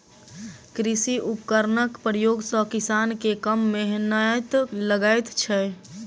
कृषि उपकरणक प्रयोग सॅ किसान के कम मेहनैत लगैत छै